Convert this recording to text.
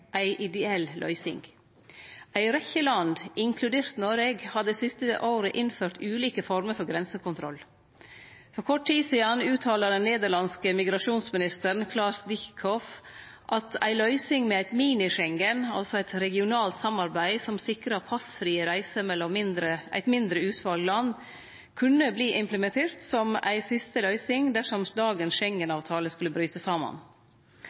ei ideell løysing. Ei rekkje land, inkludert Noreg, har det siste året innført ulike former for grensekontroll. For kort tid sidan uttala den nederlandske migrasjonsministeren, Klaas Dijkhoff, at ei løysing med eit mini-Schengen, altså eit regionalt samarbeid som sikrar passfrie reiser mellom eit mindre utval land, kunne verte implementert som ei siste løysing dersom dagens Schengen-avtale skulle bryte saman.